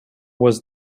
was